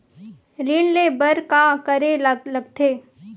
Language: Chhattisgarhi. ऋण ले बर का करे ला लगथे?